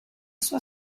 sua